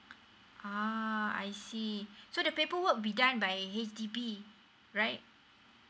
ah I see so that paper work be done by H_D_B right